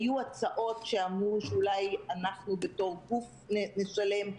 היו הצעות שאמרו שאולי אנחנו בתור גוף נשלם,